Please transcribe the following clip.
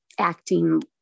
acting